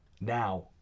now